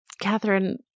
Catherine